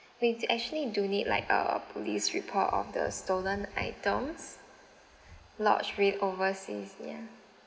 we actually do need like a police report of the stolen items lodged with overseas ya